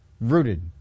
rooted